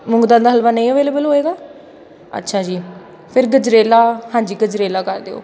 ਮੂੰਗ ਦਾਲ ਦਾ ਹਲਵਾ ਨਹੀਂ ਅਵੇਲੇਬਲ ਹੋਏਗਾ ਅੱਛਾ ਜੀ ਫਿਰ ਗਜਰੇਲਾ ਹਾਂਜੀ ਗਜਰੇਲਾ ਕਰ ਦਿਉ